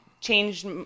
changed